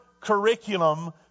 curriculum